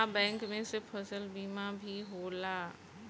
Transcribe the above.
का बैंक में से फसल बीमा भी होला?